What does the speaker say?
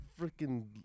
freaking